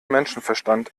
menschenverstand